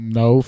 no